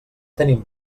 tenint